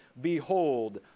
Behold